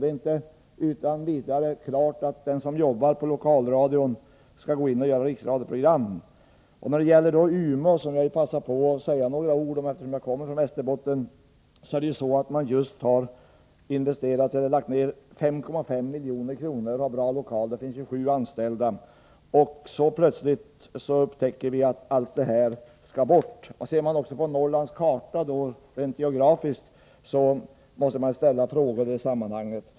Det är inte utan vidare klart att den som jobbar på Lokalradion skall gå in och göra program för Riksradion. När det gäller Umeå vill jag passa på att säga några ord, eftersom jag kommer från Västerbotten. Där har man lagt ned 5,5 milj.kr., man har bra lokaler och det finns 27 anställda. Så plötsligt upptäcker vi att allt det här skall bort. Ser man på Norrlands karta rent geografiskt, måste man ställa frågor i det sammanhanget.